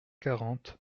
quarante